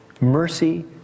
Mercy